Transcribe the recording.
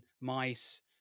mice